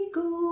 go